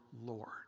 Lord